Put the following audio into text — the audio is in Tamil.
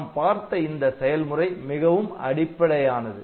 நாம் பார்த்த இந்த செயல்முறை மிகவும் அடிப்படையானது